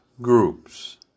groups